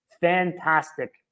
fantastic